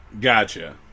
gotcha